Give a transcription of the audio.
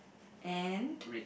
and